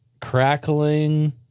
crackling